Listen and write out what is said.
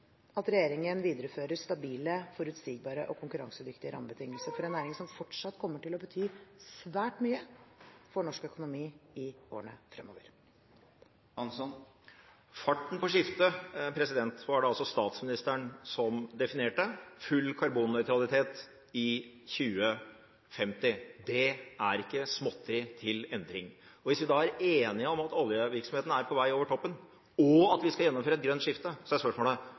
at regjeringen viderefører stabile, forutsigbare og konkurransedyktige rammebetingelser for en næring som fortsatt kommer til å bety svært mye for norsk økonomi i årene fremover. Farten på skiftet var det statsministeren som definerte – full karbonnøytralitet i 2050. Det er ikke småtteri til endring. Hvis vi er enige om at oljevirksomheten er på vei over toppen, og at vi skal gjennomføre et grønt skifte, er spørsmålet: